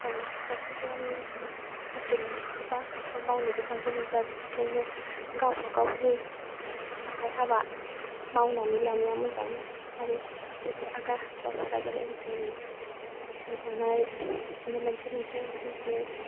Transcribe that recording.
आं गासैबोआनो साख्रि मोनजोबा मावनो बिथांखि मोनजोबा बिदिखायनो गावबा गावनि आखाइ हाबा मावनानै लानाया मोजां आरो बेफोर आखाइ हाबाफोरा जेरै सि दानाय बिदिनो मोनसे मोनसे बिजनेस